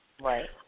right